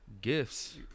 Gifts